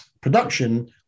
production